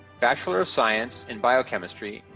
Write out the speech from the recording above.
bachelor of science in biochemistry,